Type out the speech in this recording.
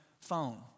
phone